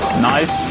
nice!